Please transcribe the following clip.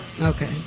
Okay